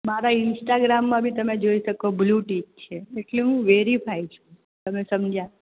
મારા ઇન્સ્ટાગ્રામમાં બી તમે જોઈ શકો બ્લૂ ટીજ છે એટલે હું વેરીફાઈ છુ તમે સમજ્યા